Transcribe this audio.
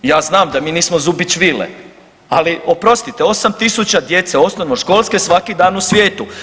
Ja znam da mi nismo zubić vile, ali oprostite 8 tisuća djece osnovnoškolske svaki dan u svijetu.